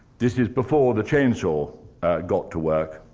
this is before the chainsaw got to work,